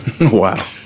Wow